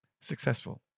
successful